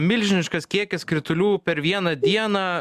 milžiniškas kiekis kritulių per vieną dieną